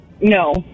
No